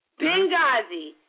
Benghazi